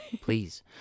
Please